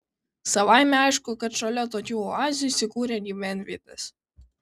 savaime aišku kad šalia tokių oazių įsikūrė gyvenvietės